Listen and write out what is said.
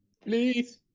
Please